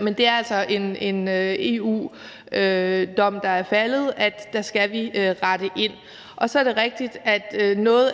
men det er altså en EU-dom, der er faldet, og der skal vi rette ind. Og så er det rigtigt, at noget